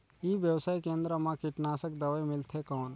ई व्यवसाय केंद्र मा कीटनाशक दवाई मिलथे कौन?